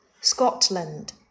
Scotland